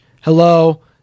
hello